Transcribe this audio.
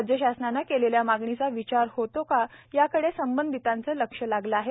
राज्यशासनाने केलेल्या मागणीचा विचार होतो काय याकडे संबंधीतांचे लक्ष लागले आहे